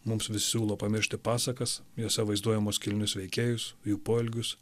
mums vis siūlo pamiršti pasakas jose vaizduojamus kilnius veikėjus jų poelgius